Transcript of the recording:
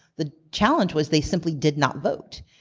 the challenge was they simply did not vote.